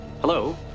Hello